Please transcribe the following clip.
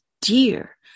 Dear